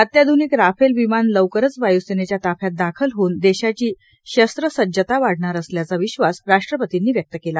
अत्याध्रनिक राफेल विमान लवकरच वायुसेनेच्या ताफ्यात दाखल होऊन देशाची शस्त्रसज्जता वाढणार असल्याचा विश्वास राष्ट्रपतींनी व्यक्त केला